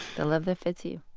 the love that fits you.